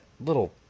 little